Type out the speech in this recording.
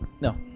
No